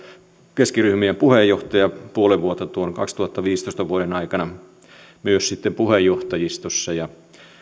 keskiryhmien puheenjohtaja puoli vuotta tuon vuoden kaksituhattaviisitoista aikana myös sitten puheenjohtajistossa ja